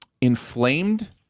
inflamed